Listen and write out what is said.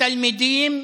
התלמידים,